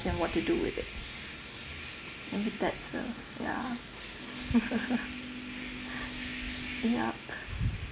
me what to do with it and with that uh ya yup